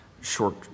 short